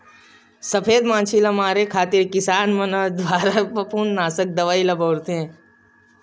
सफेद मांछी ल मारे खातिर किसान मन दुवारा फफूंदनासक दवई ल बउरथे